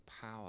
power